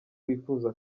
wifuza